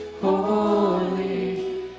holy